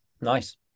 Nice